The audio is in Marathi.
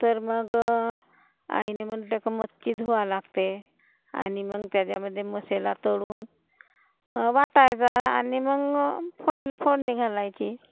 तर मग आईने म्हटलं की मच्छी धुवावं लागते आणि मग त्याच्यामधे मसाला तळून वाटायचा आणि मग फोन फोडणी घालायची